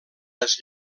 les